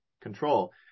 control